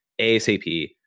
ASAP